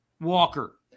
Walker